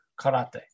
karate